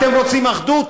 אתם רוצים אחדות?